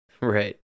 Right